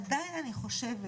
עדיין אני חושבת,